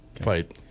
fight